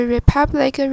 Republic